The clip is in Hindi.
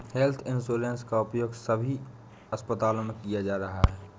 हेल्थ इंश्योरेंस का उपयोग सभी अस्पतालों में किया जा रहा है